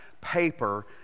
paper